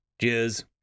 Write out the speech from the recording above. Cheers